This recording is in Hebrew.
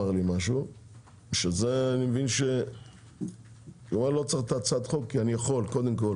הוא אמר משהו שאני מבין שלא צריך את הצעת החוק כי אני יכול קודם כל